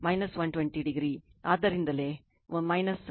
8o 120o ಆದ್ದರಿಂದ 141